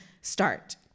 Start